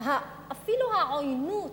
אפילו העוינות.